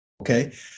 Okay